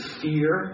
fear